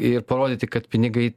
ir parodyti kad pinigai